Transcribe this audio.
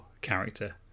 character